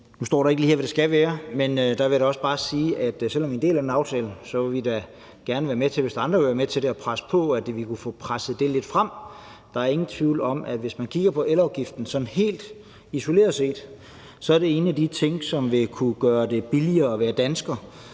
Nu står der ikke lige her, hvad det skal være, men der vil jeg da også bare sige, at selv om vi deler den aftale, vil vi da gerne være med til – hvis der er andre, der vil være med til det – at presse på, så vi kunne få det presset lidt frem. Der er ingen tvivl om, at hvis man kigger på en sænkelse af elafgiften sådan helt isoleret set, så er det en af de ting, som vil kunne gøre det billigere at være dansker.